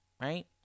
right